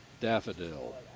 daffodil